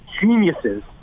geniuses